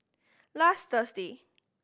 last Thursday